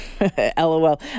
LOL